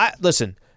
Listen